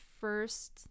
first